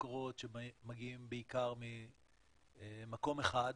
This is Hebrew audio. מקורות שמגיעים בעיקר ממקום אחד,